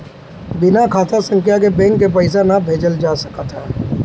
बिना खाता संख्या के बैंक के पईसा ना भेजल जा सकत हअ